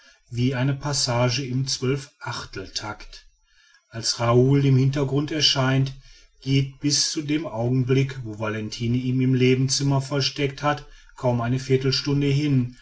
wie eine passage im zwölf achtel tact als raoul im hintergrunde erscheint geht bis zu dem augenblick wo valentine ihn im nebenzimmer versteckt hat kaum eine viertelstunde hin